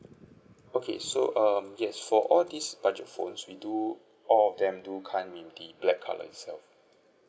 okay so um yes for all these budget phones we do all of them do come in black colour itself